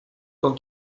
con